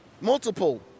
Multiple